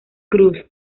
cruz